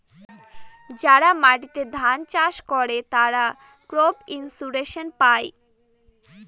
যারা মাটিতে ধান চাষ করে, তারা ক্রপ ইন্সুরেন্স পায়